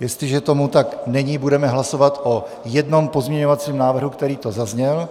Jestliže tomu tak není, budeme hlasovat o jednom pozměňovacím návrhu, který tu zazněl,